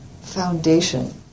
foundation